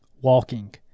Walking